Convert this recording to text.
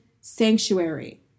sanctuary